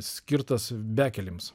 skirtas bekelėsms